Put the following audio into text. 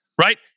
Right